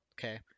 Okay